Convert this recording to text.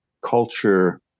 culture